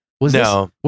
No